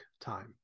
time